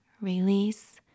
release